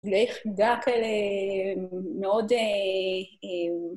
ליחידה כאלה מאוד...